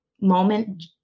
moment